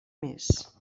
més